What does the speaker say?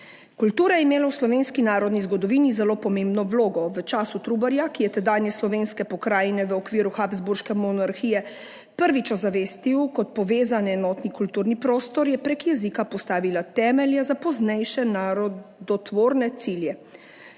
Kultura je imela v slovenski narodni zgodovini zelo pomembno vlogo. V času Trubarja, ki je tedanje slovenske pokrajine v okviru habsburške monarhije prvič ozavestil kot povezan, enotni kulturni prostor, je preko jezika postavila temelje za poznejše narodotvorne cilje.